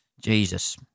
Jesus